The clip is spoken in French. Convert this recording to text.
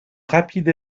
rapide